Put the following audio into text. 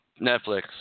Netflix